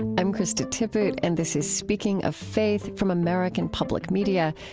i'm krista tippett, and this is speaking of faith from american public media.